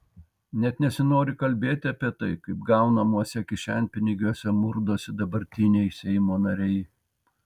net nesinori kalbėti apie tai kaip gaunamuose kišenpinigiuose murdosi dabartiniai seimo nariai